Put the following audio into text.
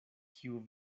kiu